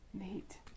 neat